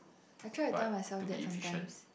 I try to tell myself that sometimes